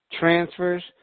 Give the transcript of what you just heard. transfers